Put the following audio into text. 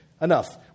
enough